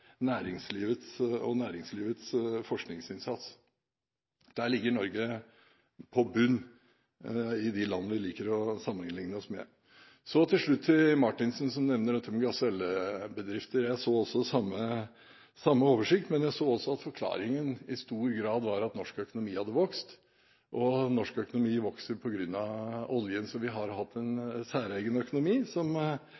og næringslivets forskningsinnsats. Der ligger Norge på bunn i forhold til de land vi liker å sammenligne oss med. Til slutt til Marthinsen som nevner gasellebedrifter. Jeg har sett den samme oversikten, men jeg så også at forklaringen i stor grad var at norsk økonomi hadde vokst. Norsk økonomi vokser på grunn av oljen. Vi har en